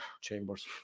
Chambers